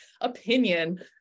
opinion